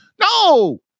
No